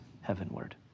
heavenward